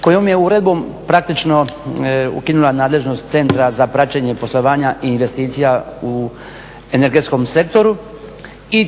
kojom je uredbom praktično ukinula nadležnost centra za praćenje poslovanja i investicija u energetskom sektoru i